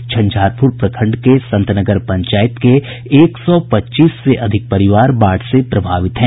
झंझारपुर प्रखंड के संतनगर पंचायत के एक सौ पच्चीस से अधिक परिवार बाढ़ से प्रभावित हैं